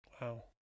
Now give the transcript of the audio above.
Wow